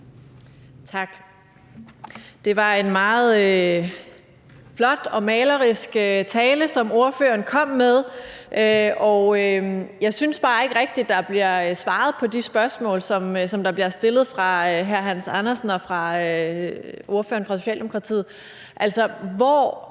Tak. Det var en meget flot og malerisk tale, som ordføreren kom med. Jeg synes bare ikke, at der blev svaret på de spørgsmål, som bliver stillet af hr. Hans Andersen og af ordføreren for Socialdemokratiet.